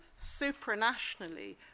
supranationally